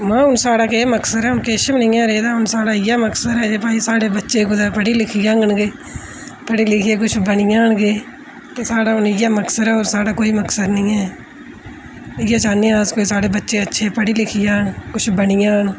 में हून साढ़ा केह् मकसद ऐ हून किश बी नेईं ऐ रेह्दा हून साढ़ा इ'यै मकसद ऐ जे भाई साढ़े बच्चे कुदै पढ़ी लिखी जाङन पढ़ी लिखियै किश बनी जान गै ते साढ़ा हून इयै मकसद होर साढ़ा कोई मकसद नेईं ऐ इ'यै चाहन्ने हां अस कोई साढ़े बच्चे अच्छे पड़ी लिखी जान कुछ बनी जान